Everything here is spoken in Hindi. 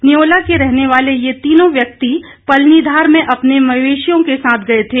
नियोला के रहने वाले ये तीनों व्यक्ति पलनीधार में अपने मवेशियों के साथ गए थे